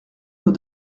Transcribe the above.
nous